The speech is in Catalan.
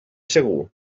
segur